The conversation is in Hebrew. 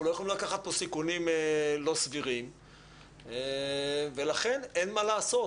אנחנו לא יכולים לקחת פה סיכונים לא סבירים ולכן אין מה לעשות,